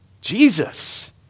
Jesus